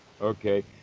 Okay